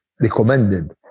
recommended